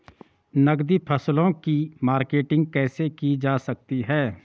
नकदी फसलों की मार्केटिंग कैसे की जा सकती है?